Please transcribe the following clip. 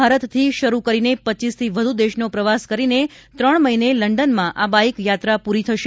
ભારતથી શરૂ કરીને પચ્ચીસથી વધુ દેશનો પ્રવાસ કરીને ત્રણ મહિને લંડનમાં આ બાઇક યાત્રા પૂરી થશે